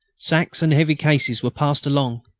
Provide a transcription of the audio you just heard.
sacks and heavy cases were passed along.